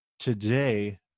Today